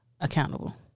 accountable